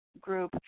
group